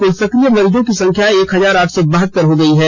कुल सक्रिय मरीजों की संख्या एक हजार आठ सौ बहत्तर है